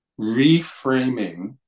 reframing